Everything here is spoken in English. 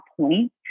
point